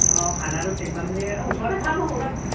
অঁ খানাটো চেক বনাওঁতে অঁ ওচৰতে খাম আৰু ক'ৰবাত